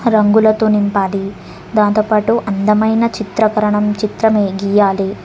రంగులతో నింపాలి దాంతోపాటు అందమైన చిత్రీకరణ చిత్రమే గీయాలి